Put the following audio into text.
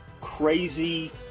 crazy